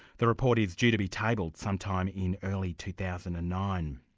that report is due to be tabled sometime in early two thousand and nine.